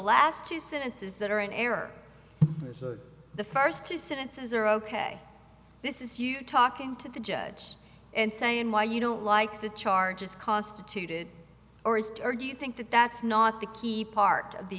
last two sentences that are in error the first two sentences are ok this is you talking to the judge and saying why you don't like the charges constituted or east or do you think that that's not the key part of the